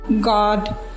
God